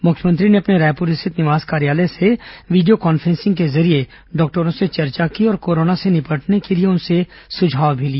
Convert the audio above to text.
मुख्यमंत्री ने अपने रायपुर स्थित निवास कार्यालय से वीडियो कांफ्रेंसिंग के जरिए डॉक्टरों से चर्चा की और कोरोना से निपटने के लिए उनसे सुझाव भी लिए